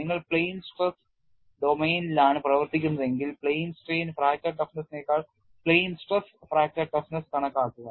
നിങ്ങൾ plane stress ഡൊമെയ്നിലാണ് പ്രവർത്തിക്കുന്നതെങ്കിൽ പ്ലെയിൻ സ്ട്രെയിൻ ഫ്രാക്ചർ ടഫ്നെസ്സിനേക്കാൾ പ്ലെയിൻ സ്ട്രെസ് ഫ്രാക്ചർ ടഫ്നെസ് കണക്കാക്കുക